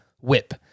whip